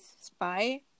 spy